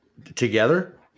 Together